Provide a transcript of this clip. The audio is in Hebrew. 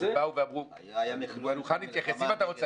אני מוכן להתייחס אם אתה רוצה.